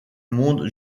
monde